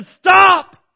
stop